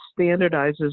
standardizes